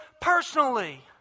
personally